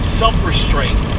self-restraint